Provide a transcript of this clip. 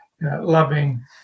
loving